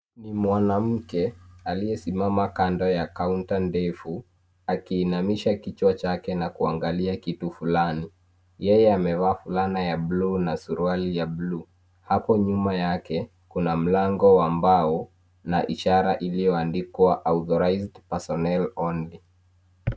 Ni mwanamke aliyesimama kando ya kaunta ndefu akiinamisha kichwa chake na kuangalia kitu fulani. Yeye amevaa fulana ya bluu na suruali ya bluu. Hapo nyuma yake kuna nyumba ya mbao na ishara iliyoandikwa authorized personnel only .